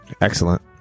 Excellent